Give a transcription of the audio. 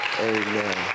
amen